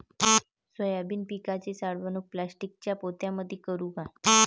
Soybean पिकाची साठवणूक प्लास्टिकच्या पोत्यामंदी करू का?